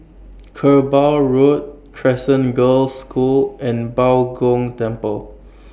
Kerbau Road Crescent Girls' School and Bao Gong Temple